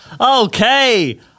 Okay